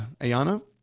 Ayana